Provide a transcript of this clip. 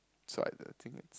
so